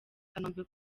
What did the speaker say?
kanombe